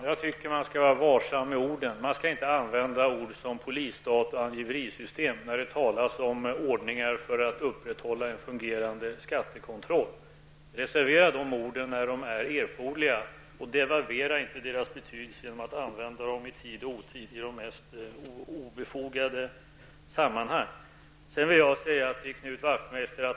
Herr talman! Man bör vara varsam med orden. Man skall inte använda ord som ''polisstat'' och ''angiverisystem'' när det talas om ordningar för att upprätthålla en fungerande skattekontroll. Dessa begrepp bör reserveras för de tillfällen då de är erforderliga. Devalvera inte deras betydelse genom att använda dem i tid och otid i de mest obefogade sammanhang!